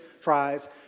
fries